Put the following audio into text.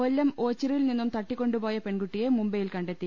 കൊല്ലം ഓച്ചിറയിൽ നിന്നും തട്ടിക്കൊണ്ടുപോയ പെൺകുട്ടിയെ മുംബൈയിൽ കണ്ടെത്തി